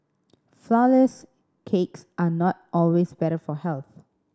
flourless cakes are not always better for health